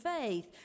faith